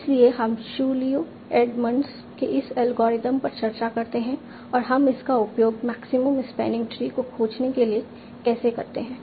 इसलिए हम Chu Liu Edmonds के इस एल्गोरिथ्म पर चर्चा करते हैं और हम इसका उपयोग मैक्सिमम स्पैनिंग ट्री को खोजने के लिए कैसे करते हैं